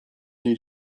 niej